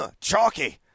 chalky